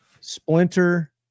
splinter